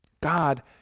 God